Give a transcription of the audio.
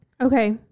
okay